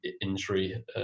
injury